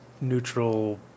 neutral